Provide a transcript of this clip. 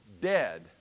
dead